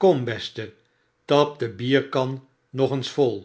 kom bestei tap de bierkan nog eens vol